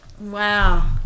Wow